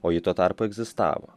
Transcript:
o ji tuo tarpu egzistavo